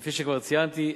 כפי שכבר ציינתי,